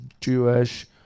jewish